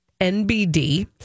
nbd